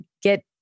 get